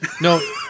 No